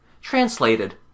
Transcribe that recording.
Translated